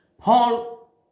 Paul